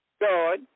God